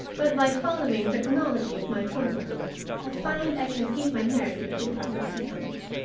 but by following the chronology of my journal i find i can keep my narrative in proper sequence.